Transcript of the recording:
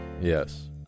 Yes